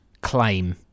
claim